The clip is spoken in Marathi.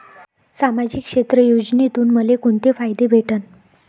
सामाजिक क्षेत्र योजनेतून मले कोंते फायदे भेटन?